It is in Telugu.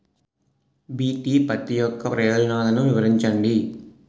బి.టి పత్తి యొక్క ప్రయోజనాలను వివరించండి?